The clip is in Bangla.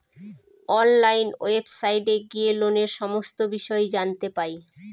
অনলাইন ওয়েবসাইটে গিয়ে লোনের সমস্ত বিষয় জানতে পাই